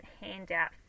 handout